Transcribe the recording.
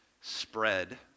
spread